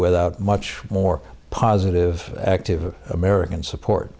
without much more positive active american support